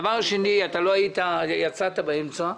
הדבר השני, אתה לא היית, יצאת באמצע.